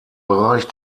bereich